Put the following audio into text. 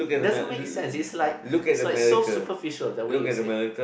doesn't make sense it's like it's like so superficial the way you said